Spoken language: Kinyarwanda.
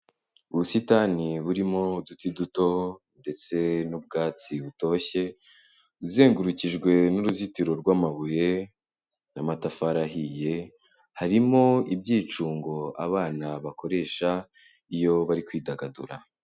Ubusitani burimo uduti duto ndetse n'ubwatsi butoshye, uzengurukijwe n'uruzitiro rw'amabuye n'amatafari ahiye, harimo ibyicungo abana bakoresha iyo bari kwidagadura.